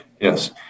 Yes